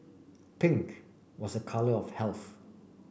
pink was a colour of health